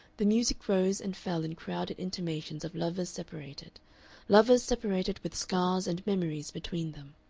the music rose and fell in crowded intimations of lovers separated lovers separated with scars and memories between them,